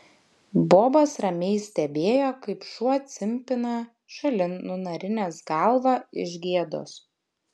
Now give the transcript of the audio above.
bobas ramiai stebėjo kaip šuo cimpina šalin nunarinęs galvą iš gėdos